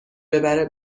ببره